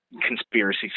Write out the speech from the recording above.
conspiracy